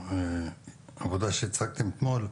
שנכנס לעבודה שהצגתם אתמול,